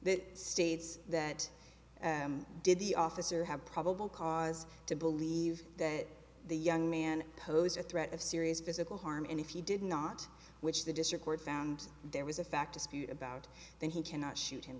that states that did the officer have probable cause to believe that the young man pose a threat of serious physical harm and if you did not which the district court found there was a fact about that he cannot shoot him